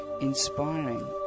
inspiring